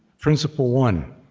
principle one